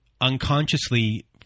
unconsciously